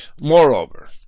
Moreover